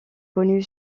connu